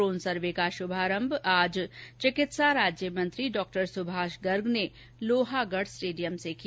drone survey का शुभारम्भ आज चिकित्सा राज्य मंत्री डॉ सुभाष गर्ग ने लोहागढ़ स्टेडियम से किया